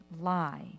lie